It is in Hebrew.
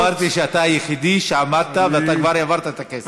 אמרתי שאתה היחידי שעמדת ואתה כבר העברת את הכסף.